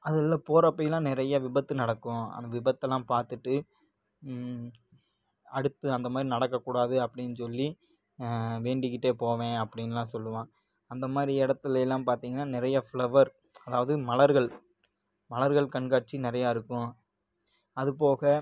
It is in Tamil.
அது உள்ள போறப்பைலாம் நிறைய விபத்து நடக்கும் அந்த விபத்துலாம் பார்த்துட்டு அடுத்து அந்த மாதிரி நடக்கக்கூடாது அப்படின்னு சொல்லி வேண்டிக்கிட்டே போவேன் அப்படின்லாம் சொல்லுவான் அந்த மாதிரி இடத்துலேலாம் பார்த்திங்கன்னா நிறைய ஃப்ளவர் அதாவது மலர்கள் மலர்கள் கண்காட்சி நிறையா இருக்கும் அதுபோக